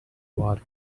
water